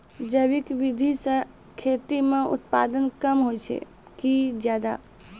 जैविक विधि से खेती म उत्पादन कम होय छै कि ज्यादा?